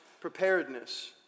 preparedness